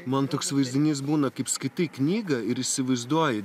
man toks vaizdinys būna kaip skaitai knygą ir įsivaizduoji